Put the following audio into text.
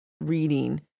reading